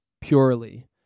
purely